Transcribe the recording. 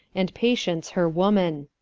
and patience her woman.